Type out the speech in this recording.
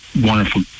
wonderful